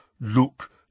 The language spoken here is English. look